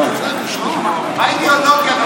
מה האידיאולוגיה?